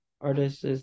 artists